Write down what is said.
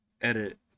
edit